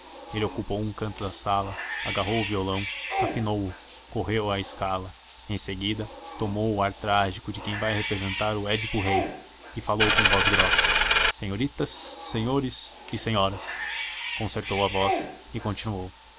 ele ocupou um canto da sala agarrou o vilão afinou o correu a escala em seguida tomou o ar trágico de quem vai representar o édipo rei e falou com voz grossa senhoritas senhores e senhoras parou concertou a voz e continuou